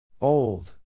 Old